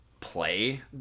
play